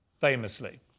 famously